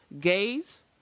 Gays